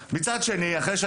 כאמור,